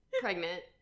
pregnant